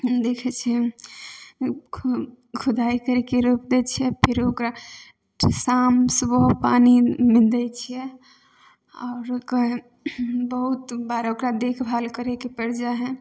देखै छिए खु खुदाइ करिके रोपि दै छिए फेरो ओकरा शाम सुबह पानी दै छिए आओर बहुत बार ओकरा देखभाल करैके पड़ि जाइ हइ